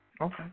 Okay